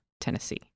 Tennessee